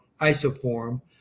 isoform